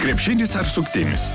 krepšinis ar suktinis